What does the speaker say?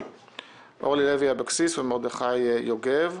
אורלי לוי אבקסיס ומרדכי יוגב,